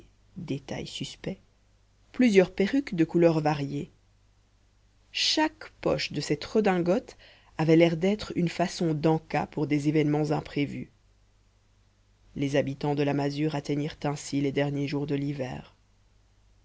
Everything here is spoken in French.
détail suspect plusieurs perruques de couleurs variées chaque poche de cette redingote avait l'air d'être une façon den cas pour des événements imprévus les habitants de la masure atteignirent ainsi les derniers jours de l'hiver